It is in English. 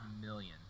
million